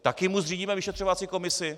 Taky mu zřídíme vyšetřovací komisi?